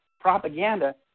propaganda